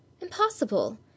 Impossible